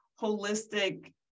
holistic